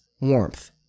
warmth